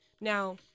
Now